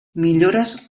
millores